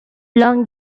long